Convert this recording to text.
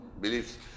beliefs